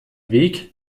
weg